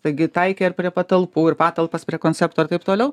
taigi taikė ir prie patalpų ir patalpas prie koncepto ir taip toliau